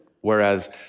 Whereas